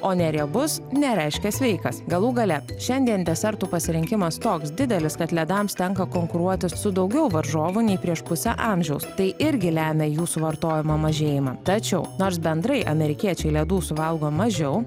o neriebus nereiškia sveikas galų gale šiandien desertų pasirinkimas toks didelis kad ledams tenka konkuruoti su daugiau varžovų nei prieš pusę amžiaus tai irgi lemia jų suvartojimo mažėjimą tačiau nors bendrai amerikiečiai ledų suvalgo mažiau